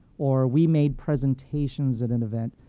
or we made presentations at an event.